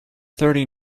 thirty